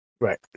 Right